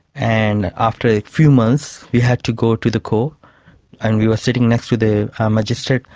and after a few months we had to go to the court and we were sitting next to the magistrate.